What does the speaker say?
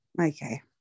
okay